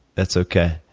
that's okay.